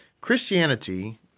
Christianity